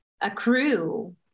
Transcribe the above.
accrue